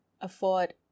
afford